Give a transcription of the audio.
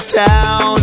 town